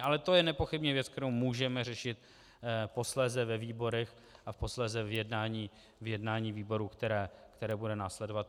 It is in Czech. Ale to je nepochybně věc, kterou můžeme řešit posléze ve výborech a posléze v jednání výboru, které bude následovat.